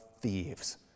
thieves